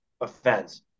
offense